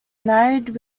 married